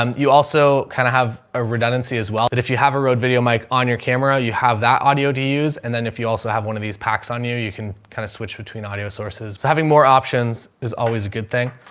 um you also kinda have a redundancy as well that if you have a road video mic on your camera, you have that audio do you use and then if you also have one of these packs on you, you can kind of switch between audio sources. so having more options is always a good thing.